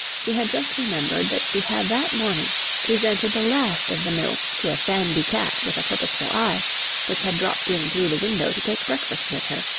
she had just remembered that she had that morning presented the last of the milk to a sandy cat with a purposeful eye which had dropped in through the window to take breakfast with her,